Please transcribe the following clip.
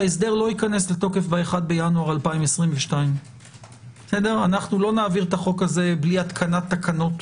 שההסדר לא ייכנס לתוקף ב-1 בינואר 2022. לא נעביר את החוק הזה בלי התקנת תקנות